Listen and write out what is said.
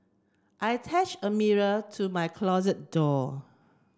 I attach a mirror to my closet door